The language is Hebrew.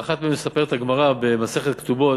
על אחת מהן מספרת הגמרא במסכת כתובות,